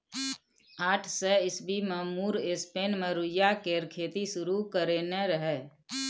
आठ सय ईस्बी मे मुर स्पेन मे रुइया केर खेती शुरु करेने रहय